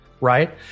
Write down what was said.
right